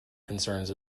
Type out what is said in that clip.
concerns